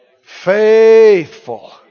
Faithful